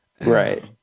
Right